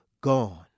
gone